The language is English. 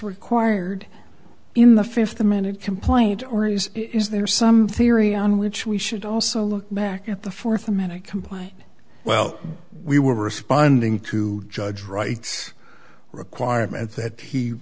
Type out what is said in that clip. required in the fifth amendment complaint or is is there some theory on which we should also look back at the fourth amendment comply well we were responding to judge wright's requirement that he